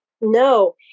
No